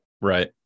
Right